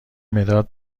مداد